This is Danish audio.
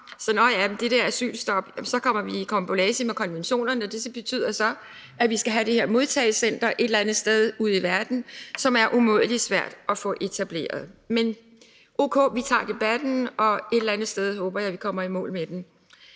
er svaret, at så kommer vi i karambolage med konventionerne. Det betyder så, at vi skal have det her modtagecenter et eller andet sted ude i verden, men at det er umådelig svært at få det etableret. Men o.k., vi tager debatten, og et eller andet sted håber jeg, at vi kommer i mål med den.